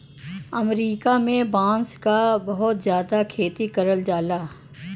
अमरीका में बांस क बहुत जादा खेती करल जाला